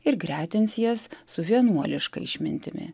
ir gretins jas su vienuoliška išmintimi